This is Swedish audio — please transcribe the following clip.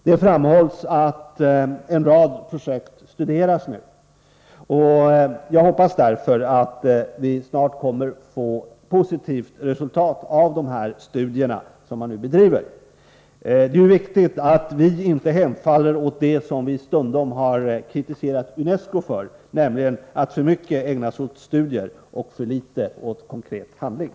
Det framhålls att en rad projekt nu studeras, och jag hoppas att vi snart kommer att få ett positivt resultat av de studier som bedrivs. Det är viktigt att vi inte hemfaller åt det som vi stundom kritiserar UNESCO för, nämligen att för mycket ägna sig åt studier och för litet åt konkret handling.